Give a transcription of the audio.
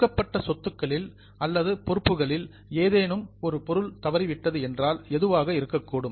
கொடுக்கப்பட்ட சொத்துக்கள் அல்லது பொறுப்புகளில் ஏதேனும் ஒரு பொருள் தவறிவிட்டது என்றால் எதுவாக இருக்கக்கூடும்